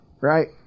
right